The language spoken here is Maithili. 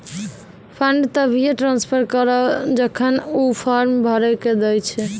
फंड तभिये ट्रांसफर करऽ जेखन ऊ फॉर्म भरऽ के दै छै